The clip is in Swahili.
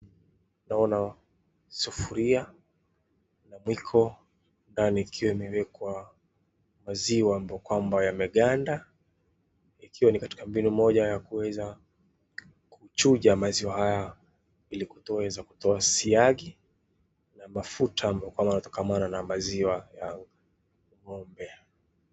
Naona sufuria na mwiko, ndani ikiwa imewekwa maziwa ambayo kwamba yameganda ikiwa ni mbinu moja ya kuchuja maziwa haya ili kuweza kutoa siagi na mauta ambayo yanatokana na maziwa ya ngombe.